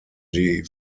die